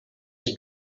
his